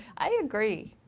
i agree!